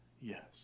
yes